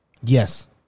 Yes